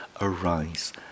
arise